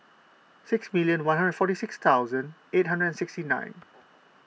six million one hundred forty six thousand eight hundred and sixty nine